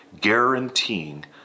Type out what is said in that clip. guaranteeing